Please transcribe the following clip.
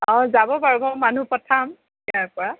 অঁ যাব বাৰু মই মানুহ পঠাম ইয়াৰ পৰা